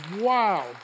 wow